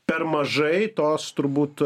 per mažai tos turbūt